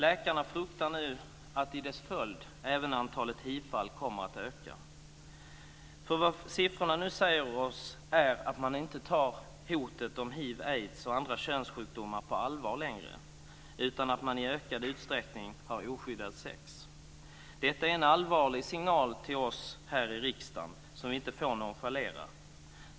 Läkarna fruktar nu att i dess följd även antalet hivfall kommer att öka. För vad siffrorna säger oss är att man inte tar hotet om hiv/aids och andra könssjukdomar på allvar längre utan att man i ökad utsträckning har oskyddad sex. Detta är en allvarlig signal till oss här i riksdagen som vi inte får nonchalera.